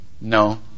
No